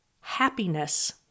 happiness